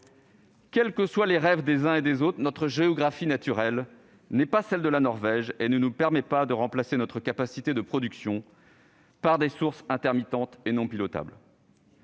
Quels que soient les rêves des uns et des autres, la géographie naturelle de la France n'est pas celle de la Norvège. Elle ne permet pas de remplacer notre capacité de production par des sources intermittentes et non pilotables.